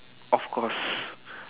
of course